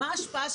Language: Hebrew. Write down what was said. מה ההשפעה?